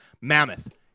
mammoth